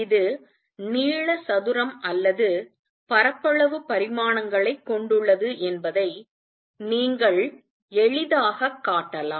இது நீள சதுரம் அல்லது பரப்பளவு பரிமாணங்களைக் கொண்டுள்ளது என்பதை நீங்கள் எளிதாகக் காட்டலாம்